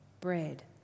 Bread